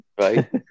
Right